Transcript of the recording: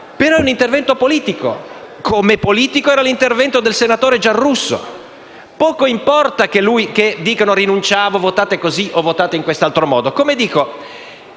È un intervento politico, come politico era l'intervento del senatore Giarrusso. Poco importa che ora dicano «rinunciamo», «votate così» o «votate in quest'altro modo». Oggi